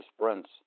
sprints